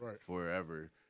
forever